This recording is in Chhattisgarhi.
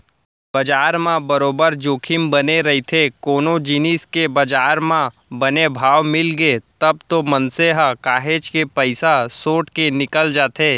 बजार म बरोबर जोखिम बने रहिथे कोनो जिनिस के बजार म बने भाव मिलगे तब तो मनसे ह काहेच के पइसा सोट के निकल जाथे